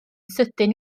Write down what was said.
sydyn